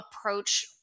approach